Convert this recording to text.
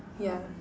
yeah